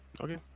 Okay